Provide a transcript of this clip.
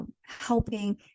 helping